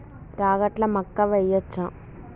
రాగట్ల మక్కా వెయ్యచ్చా?